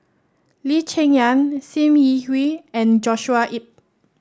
Lee Cheng Yan Sim Yi Hui and Joshua Ip